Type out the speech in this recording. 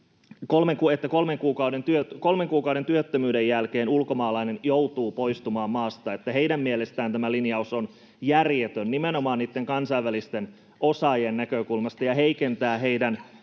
että kolmen kuukauden työttömyyden jälkeen ulkomaalainen joutuu poistumaan maasta. Heidän mielestään tämä linjaus on järjetön nimenomaan niitten kansainvälisten osaajien näkökulmasta ja heikentää heidän